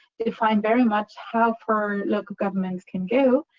define very much how far and local governments can go.